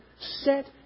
Set